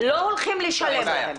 לא הולכים לשלם להם.